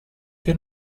che